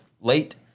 late